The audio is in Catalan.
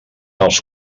els